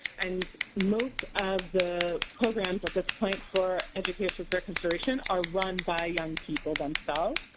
and most of the programs at this point for educators for fair consideration are run by young people themselves.